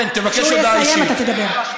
שאני אתחיל לדבר על מה שאתה עשית היום?